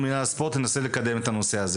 מול מינהל הספורט וננסה לקדם את הנושא.